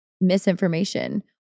misinformation